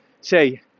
Say